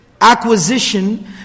acquisition